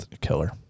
killer